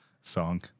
song